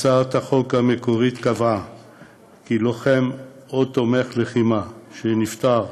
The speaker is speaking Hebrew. הצעת החוק המקורית קבעה כי לוחם או תומך לחימה שנפטר,